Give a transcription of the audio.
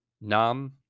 Nam